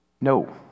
No